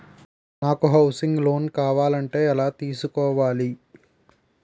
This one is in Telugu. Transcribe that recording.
నాకు హౌసింగ్ లోన్ కావాలంటే ఎలా తీసుకోవాలి?